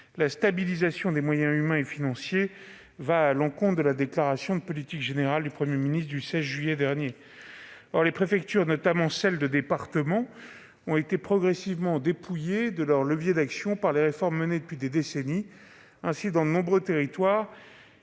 la stabilisation des moyens humains et financiers va à l'encontre de la déclaration de politique générale du Premier ministre du 16 juillet dernier. Or les préfectures, notamment de département, ont été progressivement dépouillées de leurs leviers d'action par les réformes menées depuis des décennies. Ainsi, dans de nombreux territoires,